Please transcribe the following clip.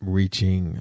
reaching